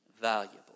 valuable